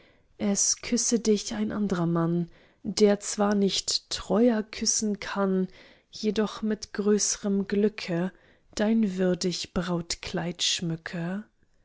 es küsse dich ein andrer mann der zwar nicht treuer küssen kann jedoch mit größerm glücke dein würdig brautkleid schmücke